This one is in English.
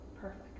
Perfect